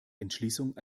entschließung